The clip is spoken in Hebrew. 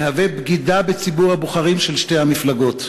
הם בגידה בציבור הבוחרים של שתי המפלגות.